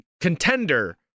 contender